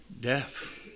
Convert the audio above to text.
Death